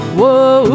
whoa